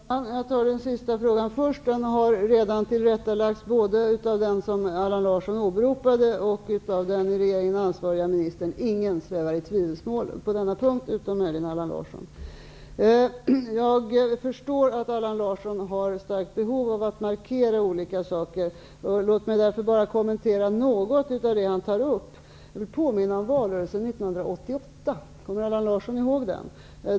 Fru talman! Jag svarar på den sista frågan först. Den har redan tillrättalagts både av den som Allan Larsson åberopade och av den i regeringen ansvariga ministern. Ingen svävar i tvivelsmål på denna punkt, utom möjligen Allan Larsson. Jag förstår att Allan Larsson har starkt behov av att markera olika saker. Låt mig därför bara kommentera något av det han tar upp. Jag vill påminna om valrörelsen 1988. Kommer Allan Larsson ihåg den?